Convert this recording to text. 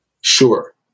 Sure